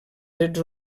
drets